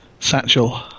satchel